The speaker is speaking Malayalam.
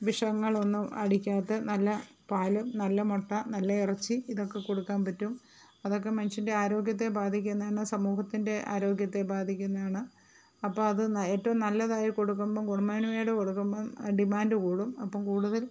വിഷങ്ങളൊന്നും അടിക്കാത്ത നല്ല പാലും നല്ല മുട്ട നല്ല ഇറച്ചി ഇതൊക്ക കൊടുക്കാൻ പറ്റും അതൊക്കെ മനുഷ്യൻ്റെ ആരോഗ്യത്തെ ബാധിക്കുന്നത് എന്നാൽ സമൂഹത്തിൻ്റെ ആരോഗ്യത്തെ ബാധിക്കുന്നത് തയാണ് അപ്പം അത് ഏറ്റവും നല്ലതായി രീതിൽ കൊടുക്കുമ്പം ഗുണമേന്മയോടെ കൊടുക്കുമ്പം ഡിമാൻഡ് കൂടും അപ്പം കൂടുതൽ